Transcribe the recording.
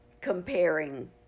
comparing